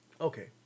Okay